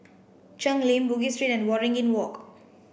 Cheng Lim Bugis Street and Waringin Walk